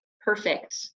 perfect